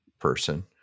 person